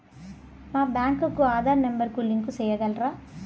మా బ్యాంకు కు ఆధార్ నెంబర్ కు లింకు సేయగలరా?